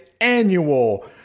annual